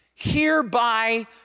Hereby